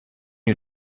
you